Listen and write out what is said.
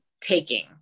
taking